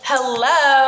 Hello